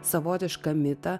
savotišką mitą